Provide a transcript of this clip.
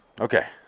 Okay